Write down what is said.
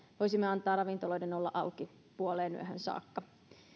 voisimme antaa ravintoloiden olla auki puoleenyöhön saakka